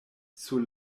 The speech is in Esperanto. sur